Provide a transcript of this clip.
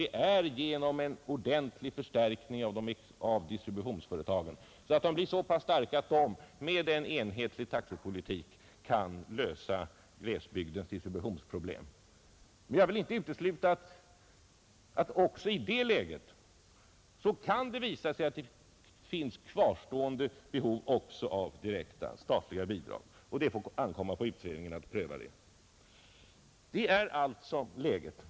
Det skall ske en ordentlig förstärkning av distributionsföretagen så att de blir så pass starka att de med en enhetlig taxepolitik kan lösa glesbygdens distributionsproblem. Men jag vill inte utesluta att det kan visa sig att det finns kvarstående behov av direkta statsbidrag, och det får ankomma på utredningen att pröva det. Det är alltså läget.